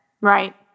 Right